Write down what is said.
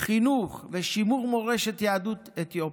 חינוך ושימור מורשת יהדות אתיופיה.